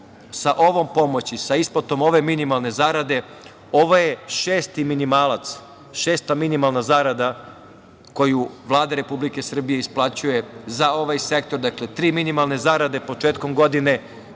sa ovom pomoći, sa isplatom ove minimalne zarade, ovo je šesti minimalac, šesta minimalna zarada koju Vlada Republike Srbije isplaćuje za ovaj sektor. Dakle, tri minimalne zarade početkom godine,